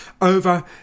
over